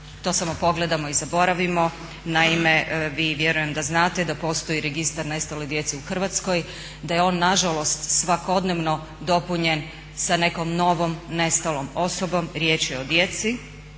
to samo pogledamo i zaboravimo. Naime, vi vjerujem da znate da postoji registar nestale djece u Hrvatskoj, da je on nažalost svakodnevno dopunjen sa nekom novom nestalom osobom, riječ je o djeci.